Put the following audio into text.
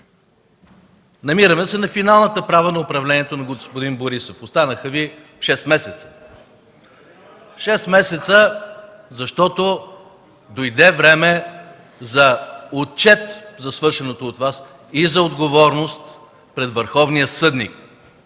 Намираме се на финалната права на управлението на господин Борисов. Останаха Ви шест месеца. Шест месеца, защото дойде време за отчет за свършеното от Вас и за отговорност пред върховния съдник